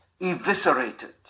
eviscerated